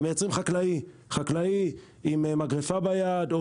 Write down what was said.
הם מציירים חקלאי עם מגרפה ביד,